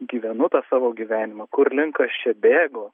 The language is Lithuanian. gyvenu tą savo gyvenimą kur link aš čia bėgu